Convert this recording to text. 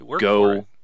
go